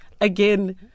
again